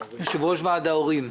יושב ראש ועד ההורים.